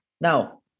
Now